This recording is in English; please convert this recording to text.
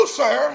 sir